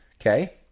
Okay